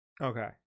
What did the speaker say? okay